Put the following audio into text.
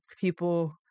people